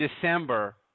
December